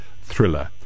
thriller